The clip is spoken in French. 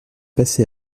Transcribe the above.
passé